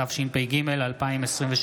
התשפ"ג 2023,